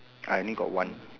I only got one